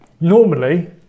normally